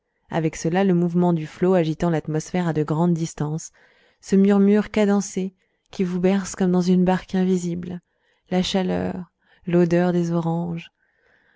avec cela le mouvement du flot agitant l'atmosphère à de grandes distances ce murmure cadencé qui vous berce comme dans une barque invisible la chaleur l'odeur des oranges